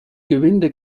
gewinde